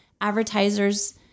advertisers